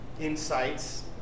insights